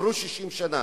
עברו 60 שנה,